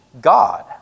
God